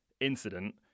incident